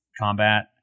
combat